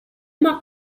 más